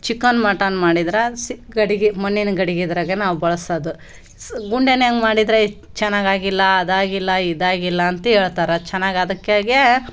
chicken mutton ಮಾಡಿದ್ರೆ ಸಿಕ್ಕ ಗಡಿಗೆ ಮಣ್ಣಿನ ಗಡಿಗೆದ್ರಾಗೆ ನಾವು ಬಳ್ಸೋದು ಗುಂಡಿನ್ಯಾಗ ಮಾಡಿದ್ರೆ ಇದು ಚೆನ್ನಾಗಾಗಿಲ್ಲ ಅದಾಗಿಲ್ಲ ಇದಾಗಿಲ್ಲ ಅಂತ ಹೇಳ್ತಾರ ಚೆನ್ನಾಗ್ ಅದಕ್ಕಾಗೆ